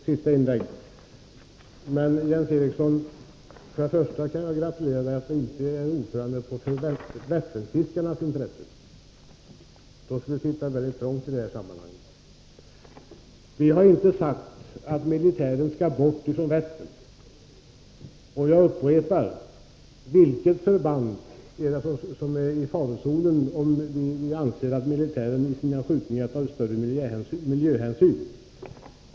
Herr talman! Detta skall bli mitt sista inlägg i den här debatten. Först och främst kan jag gratulera Jens Eriksson till att han inte är ordförande för Vätternfiskarna — då skulle han sitta mycket trångt. Vi har inte sagt att militären skall bort från Vättern. Jag upprepar: Vilket förband är i farozonen om vi anser att militären med sina skjutningar bör ta större miljöhänsyn?